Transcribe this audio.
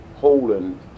holding